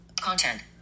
content